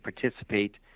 participate